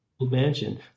mansion